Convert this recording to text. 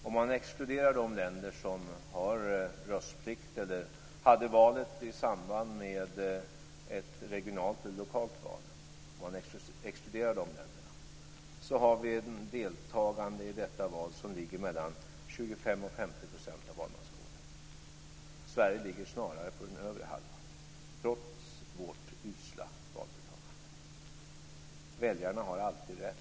Om man exkluderar de länder som har röstplikt eller hade valet i samband med ett regionalt eller lokalt val har vi ett deltagande i detta val som ligger mellan 25 och 50 % av valmanskåren. Sverige ligger snarare på den övre halvan, trots vårt usla valdeltagande. Väljarna har alltid rätt.